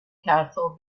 castle